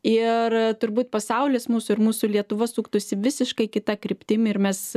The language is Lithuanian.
ir turbūt pasaulis mūsų ir mūsų lietuva suktųsi visiškai kita kryptim ir mes